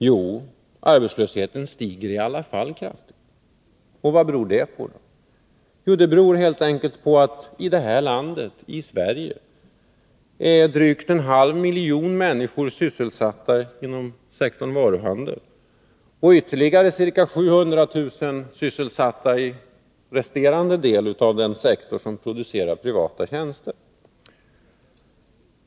Jo, arbetslösheten stiger i alla fall kraftigt. Och vad beror det då på? Jo, det beror helt enkelt på att i Sverige är drygt en halv miljon människor sysselsatta inom sektorn varuhandel. Ytterligare ca 700 000 är sysselsatta inom resterande del av den sektor som producerar privata tjänster.